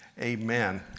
Amen